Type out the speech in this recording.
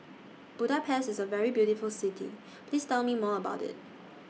Budapest IS A very beautiful City Please Tell Me More about IT